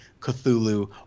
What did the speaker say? Cthulhu